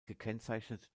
gekennzeichnet